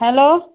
hello